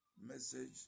message